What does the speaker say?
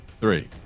three